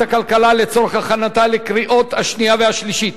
הכלכלה לצורך הכנתה לקריאות השנייה והשלישית,